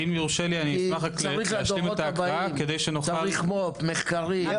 צריך פה מו"פ, מחקרים.